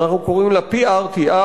שאנחנו קוראים לה PRTR,